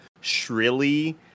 shrilly